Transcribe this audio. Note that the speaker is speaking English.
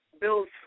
bills